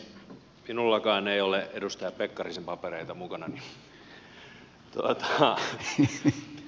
minullakaan ei ole edustaja pekkarisen papereita mukanani